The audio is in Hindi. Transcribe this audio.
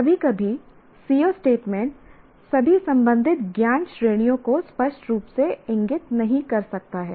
कभी कभी CO स्टेटमेंट सभी संबंधित ज्ञान श्रेणियों को स्पष्ट रूप से इंगित नहीं कर सकता है